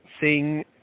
sing